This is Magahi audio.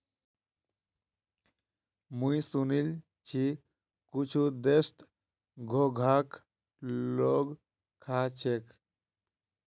मुई सुनील छि कुछु देशत घोंघाक लोग खा छेक